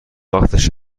وقتش